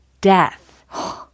death